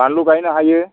बानलु गायनो हायो